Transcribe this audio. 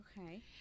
okay